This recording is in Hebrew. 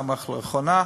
גם האחרונה,